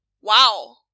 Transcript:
Wow